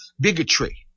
bigotry